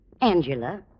Angela